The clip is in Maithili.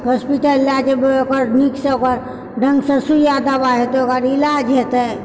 हॉस्पिटल लए जेबै ओकर नीकसँ ओकर ढङ्गसँ सुइया दवाइ हेतै ओकर इलाज हेतै